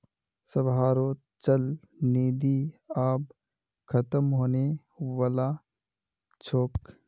सबहारो चल निधि आब ख़तम होने बला छोक